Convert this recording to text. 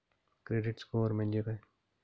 Credit score म्हणजे काय?